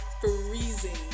freezing